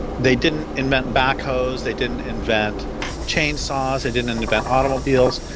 they didn't invent backhoes, they didn't invent chainsaws, they didn't invent automobiles,